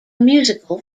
musical